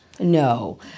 No